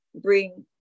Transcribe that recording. bring